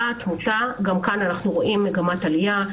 תמותה, גם כאן אנחנו רואים מגמת עלייה.